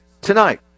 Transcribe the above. tonight